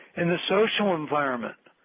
in the social environment,